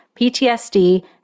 PTSD